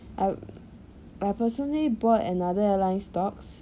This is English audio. I I personally bought another airline stocks